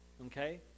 Okay